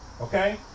Okay